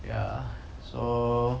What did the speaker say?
ya so